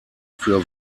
für